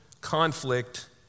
conflict